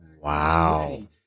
Wow